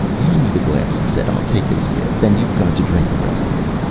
hand me the glass, he said. i'll take a sip. then you've got to drink the rest of it.